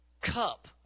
cup